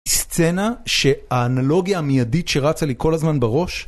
סצנה שהאנלוגיה המיידית שרצה לי כל הזמן בראש